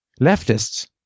Leftists